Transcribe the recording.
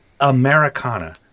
americana